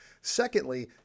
Secondly